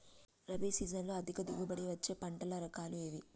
రబీ సీజన్లో అధిక దిగుబడి వచ్చే పంటల రకాలు ఏవి?